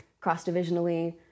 cross-divisionally